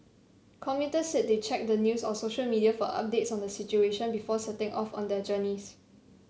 commuters said they checked the news or social media for updates on the situation before setting off on their journeys